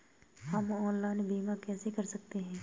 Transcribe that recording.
हम ऑनलाइन बीमा कैसे कर सकते हैं?